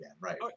right